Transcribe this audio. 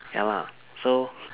ya lah so